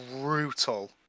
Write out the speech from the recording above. brutal